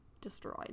destroyed